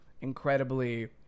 incredibly